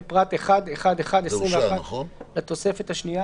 בפרט 1.1.1.21 לתוספת השנייה